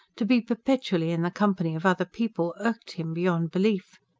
to be perpetually in the company of other people irked him beyond belief.